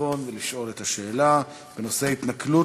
למיקרופון ולשאול את השאלה בנושא: התנכלות